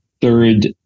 Third